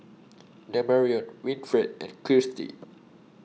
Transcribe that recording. Damarion Winfred and Kirstie